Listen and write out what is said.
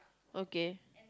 okay